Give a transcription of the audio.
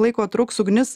laiko truks ugnis